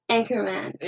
Anchorman